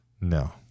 No